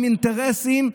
עם אינטרסים,